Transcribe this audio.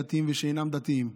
דתיים ושאינם דתיים.